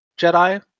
Jedi